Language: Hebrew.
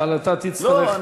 אבל אתה תצטרך --- לא,